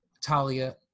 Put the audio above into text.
Talia